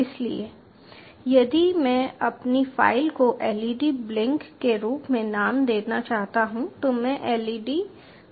इसलिए यदि मैं अपनी फ़ाइल को LED ब्लिंक के रूप में नाम देना चाहता हूं तो मैं LED blinkpy लिखता हूं